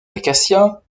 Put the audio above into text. acacias